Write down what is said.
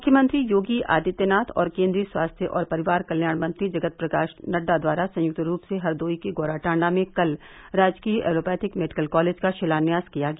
मुख्यमंत्री योगी आदित्यनाथ और केन्द्रीय स्वास्थ्य और परिवार कल्याण मंत्री जगत प्रकाश नड्डा द्वारा संयुक्त रूप से हरदोई के गौरा टांडा में कल राजकीय एलोपैथिक मेडिकल कॉलेज का शिलान्यास किया गया